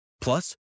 Plus